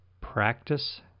practice